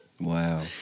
Wow